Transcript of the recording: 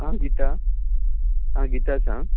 आं गिता आं गिता सांग